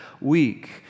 week